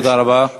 תודה רבה.